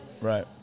right